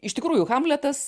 iš tikrųjų hamletas